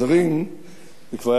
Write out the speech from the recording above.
זה כבר היה לפני שלוש שנים ורבע,